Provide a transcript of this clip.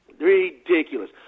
Ridiculous